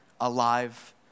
alive